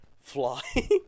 fly